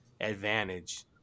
advantage